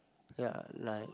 ya like